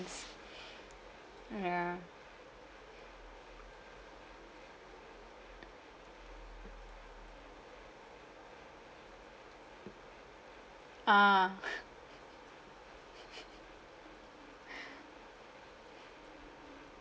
mm ya uh